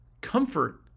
comfort